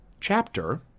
chapter